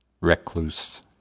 recluse